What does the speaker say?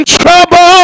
trouble